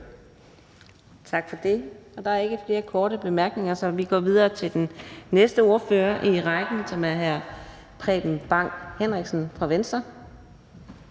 Tak for det. Der er ikke flere korte bemærkninger, så vi går videre til den næste ordfører i rækken, som er hr. Preben Bang Henriksen fra Venstre.